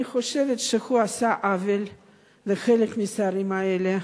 אני חושבת שהוא עשה עוול לחלק מהשרים האלה.